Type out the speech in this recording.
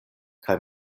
kaj